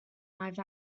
live